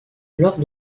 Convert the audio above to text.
lors